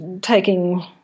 taking